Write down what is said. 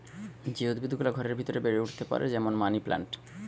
যে উদ্ভিদ গুলা ঘরের ভিতরে বেড়ে উঠতে পারে যেমন মানি প্লান্ট